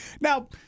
now